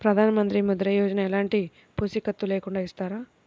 ప్రధానమంత్రి ముద్ర యోజన ఎలాంటి పూసికత్తు లేకుండా ఇస్తారా?